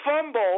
fumble